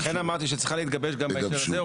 לכן אמרתי שצריכה להתגבש גם בהקשר הזה,